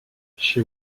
she